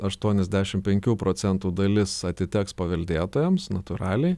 aštuoniasdešim penkių procentų dalis atiteks paveldėtojams natūraliai